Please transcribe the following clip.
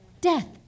death